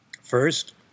First